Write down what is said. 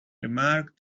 remarked